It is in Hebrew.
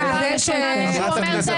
אבל פעם ראשונה שהוא אומר את האמת.